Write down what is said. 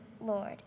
lord